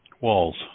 Walls